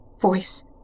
voice